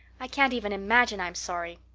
i can't even imagine i'm sorry.